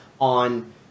on